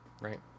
right